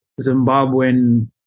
Zimbabwean